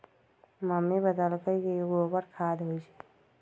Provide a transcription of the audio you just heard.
mummy बतअलई कि गोबरो खाद होई छई